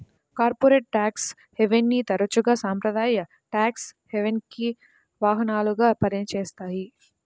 corporate tax హెవెన్ని తరచుగా సాంప్రదాయ ట్యేక్స్ హెవెన్కి వాహనాలుగా పనిచేస్తాయి